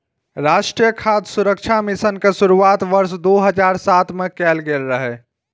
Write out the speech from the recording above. राष्ट्रीय खाद्य सुरक्षा मिशन के शुरुआत वर्ष दू हजार सात मे कैल गेल रहै